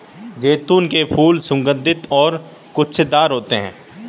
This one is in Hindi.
जैतून के फूल सुगन्धित और गुच्छेदार होते हैं